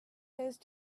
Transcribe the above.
those